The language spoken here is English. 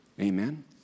Amen